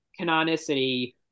canonicity